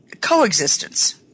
coexistence